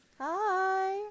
Hi